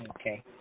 Okay